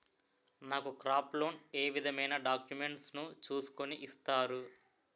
నాకు crop loan ఏ విధమైన డాక్యుమెంట్స్ ను చూస్కుని ఇస్తారు?